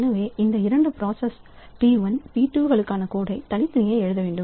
எனவே இந்த இரண்டு ப்ராசஸ் P1P2 களுக்கான கோட் தனித்தனியே எழுத வேண்டும்